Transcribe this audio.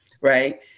right